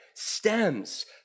stems